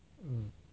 mm